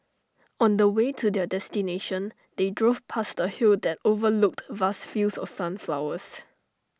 on the way to their destination they drove past A hill that overlooked vast fields of sunflowers